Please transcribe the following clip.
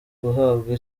guhabwa